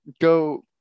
go